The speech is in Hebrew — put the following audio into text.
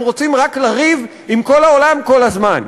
רוצים רק לריב עם כל העולם כל הזמן?